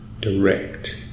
direct